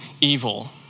evil